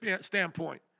standpoint